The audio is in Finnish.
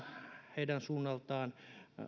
heidän suunnaltaan